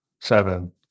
seven